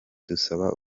dusaba